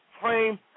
frame